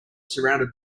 surrounded